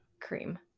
cream